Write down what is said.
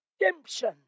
redemption